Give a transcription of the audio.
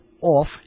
off